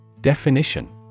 Definition